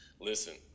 Listen